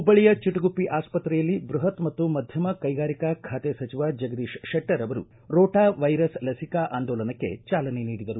ಹುಬ್ವಳ್ಳಿಯ ಚಿಟಗುಪ್ಪಿ ಆಸ್ತ್ರೆಯಲ್ಲಿ ಬೃಪತ್ ಮತ್ತು ಮಧ್ಯಮ ಕೈಗಾರಿಕಾ ಸಚಿವ ಜಗದೀಶ್ ಶೆಟ್ಟರ್ ಅವರು ರೋಟಾ ವೈರಸ್ ಲಸಿಕಾ ಆಂದೋಲನಕ್ಕೆ ಚಾಲನೆ ನೀಡಿದರು